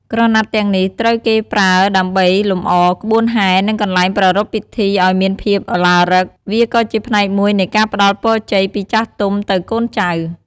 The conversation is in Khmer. ក្រណាត់ទាំងនេះត្រូវគេប្រើដើម្បីលម្អក្បួនហែ និងកន្លែងប្រារព្ធពិធីឱ្យមានភាពឱឡារិក វាក៏ជាផ្នែកមួយនៃការផ្តល់ពរជ័យពីចាស់ទុំទៅកូនចៅ។